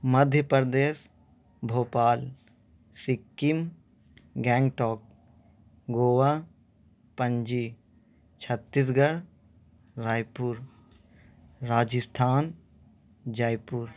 Madhya Pradesh Bhopal Sikkim Gangtok Goa Panaji Chhattisgarh Raipur Rajasthan جے پور